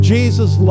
Jesus